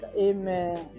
Amen